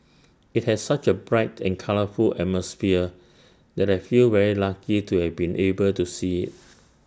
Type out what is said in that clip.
IT has such A bright and colourful atmosphere that I feel very lucky to have been able to see IT